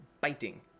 biting